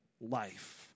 life